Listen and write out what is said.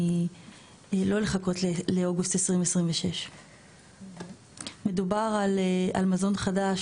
לא לחכות לאוגוסט 2026. מדובר על מזון חדש